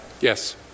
Yes